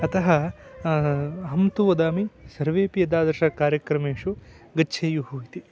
अतः अहं तु वदामि सर्वेऽपि एतादृशकार्यक्रमेषु गच्छेयुः इति